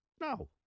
no